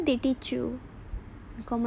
what they what they teach you commercial pilot theory